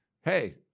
hey